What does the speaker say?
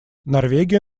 норвегия